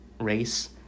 race